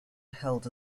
held